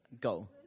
go